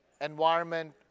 environment